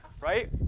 right